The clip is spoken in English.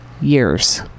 years